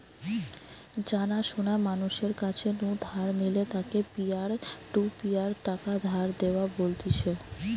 জানা শোনা মানুষের কাছ নু ধার নিলে তাকে পিয়ার টু পিয়ার টাকা ধার দেওয়া বলতিছে